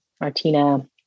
Martina